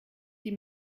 die